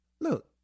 Look